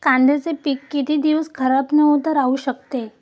कांद्याचे पीक किती दिवस खराब न होता राहू शकते?